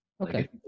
Okay